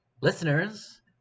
Listeners